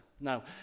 now